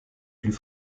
plus